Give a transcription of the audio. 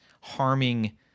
harming